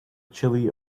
chile